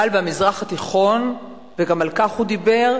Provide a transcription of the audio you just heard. אבל במזרח התיכון, וגם על כך הוא דיבר,